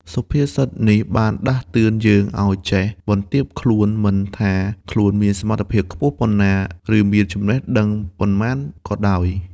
សុភាសិតនេះបានដាស់តឿនយើងឱ្យចេះ បន្ទាបខ្លួន មិនថាខ្លួនមានសមត្ថភាពខ្ពស់ប៉ុណ្ណា ឬមានចំណេះដឹងប៉ុន្មានក៏ដោយ។